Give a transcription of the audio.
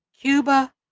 Cuba